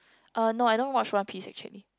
uh no I don't watch One-Piece actually